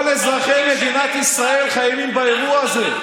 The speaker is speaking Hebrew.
כל אזרחי מדינת ישראל חיים באירוע הזה.